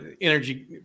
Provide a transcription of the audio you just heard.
energy